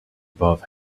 above